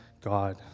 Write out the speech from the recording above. God